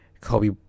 Kobe